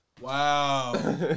Wow